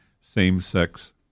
same-sex